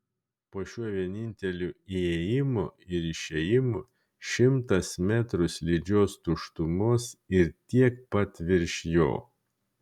po šiuo vieninteliu įėjimu ir išėjimu šimtas metrų slidžios tuštumos ir tiek pat virš jo